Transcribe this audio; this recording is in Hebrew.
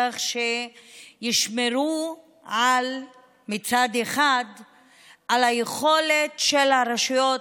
כך שישמרו מצד אחד על היכולת של הרשויות